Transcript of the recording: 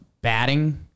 batting